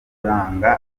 kuranga